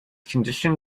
condition